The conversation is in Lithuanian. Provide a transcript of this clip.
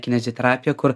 kineziterapija kur